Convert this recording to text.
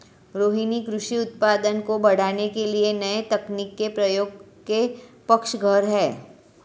रोहिनी कृषि उत्पादन को बढ़ाने के लिए नए तकनीक के प्रयोग के पक्षधर है